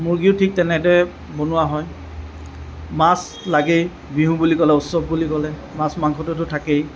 মুৰ্গীও ঠিক তেনেদৰে বনোৱা হয় মাছ লাগেই বিহু বুলি ক'লে উৎসৱ বুলি ক'লে মাছ মাংসটোটো থাকেই